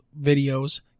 videos